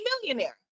millionaire